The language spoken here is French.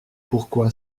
pourquoi